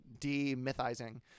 demythizing